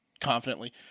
confidently